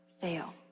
fail